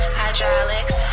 hydraulics